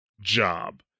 job